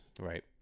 right